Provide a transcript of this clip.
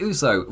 Uso